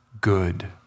good